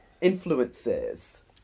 influences